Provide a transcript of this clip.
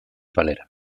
valera